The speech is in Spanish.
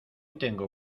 tengo